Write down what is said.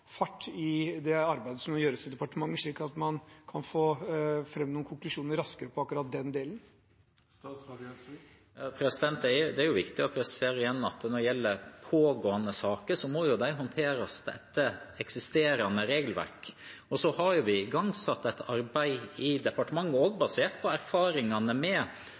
fart i det arbeidet som må gjøres i departementet, slik at man raskere kan få fram noen konklusjoner på akkurat den delen? Det er igjen viktig å presisere at når det gjelder pågående saker, må de håndteres etter eksisterende regelverk. Og så har vi igangsatt et arbeid i departement, også basert på erfaringene med